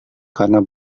karena